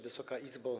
Wysoka Izbo!